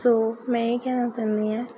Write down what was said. ਸੋ ਮੈਂ ਇਹ ਕਹਿਣਾ ਚਾਹੁੰਦੀ ਹਾਂ